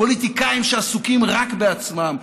פוליטיקאים שעסוקים רק בעצמם,